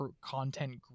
content